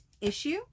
issue